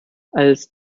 als